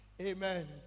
Amen